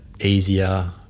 easier